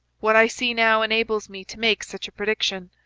what i see now enables me to make such a prediction.